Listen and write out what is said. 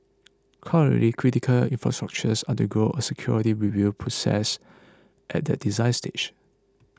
currently critical infrastructures undergo a security review process at the design stage